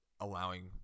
allowing